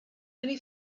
many